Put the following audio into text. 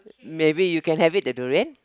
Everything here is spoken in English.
maybe you can have it the durian